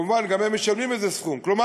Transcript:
מובן שגם הם משלמים סכום כלשהו.